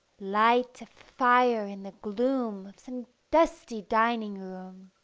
light a fire in the gloom of some dusty dining room